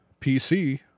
PC